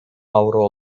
avro